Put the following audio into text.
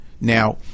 Now